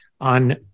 on